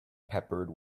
peppered